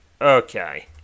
okay